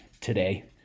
today